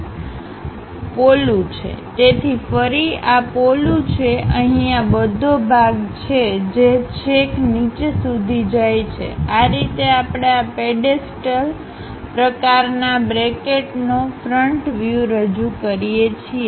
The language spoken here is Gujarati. અને તે પોલુ છે તેથી ફરી આ પોલુ છે અહીં આ બધો ભાગ છે જે છેક નીચે સુધી જાય છેઆ રીતે આપણે આ પેડેસ્ટલ પ્રકારના બ્રેકેટનો ફ્રન્ટ વ્યુરજૂ કરીએ છીએ